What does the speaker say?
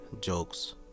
jokes